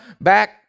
back